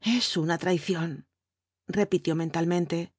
es una traición repitió mentalmente